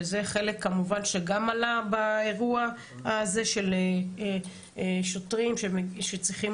שזה חלק כמובן שגם עלה באירוע הזה של שוטרים שצריכים